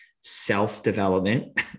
Self-development